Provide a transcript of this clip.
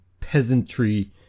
peasantry